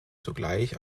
zugleich